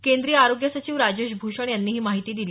केंद्रीय आरोग्य सचिव राजेश भूषण यांनी ही माहिती दिली